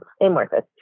amorphous